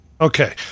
Okay